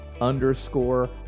underscore